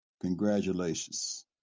congratulations